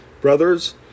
Brothers